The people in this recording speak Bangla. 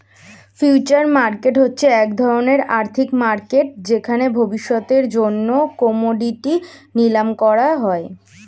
ফিউচার মার্কেট হচ্ছে এক ধরণের আর্থিক মার্কেট যেখানে ভবিষ্যতের জন্য কোমোডিটি নিলাম করা হয়